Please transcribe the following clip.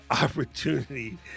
opportunity